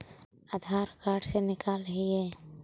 आधार card से निकाल हिऐ?